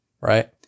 right